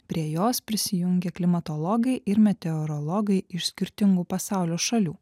prie jos prisijungė klimatologai ir meteorologai iš skirtingų pasaulio šalių